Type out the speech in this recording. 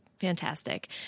fantastic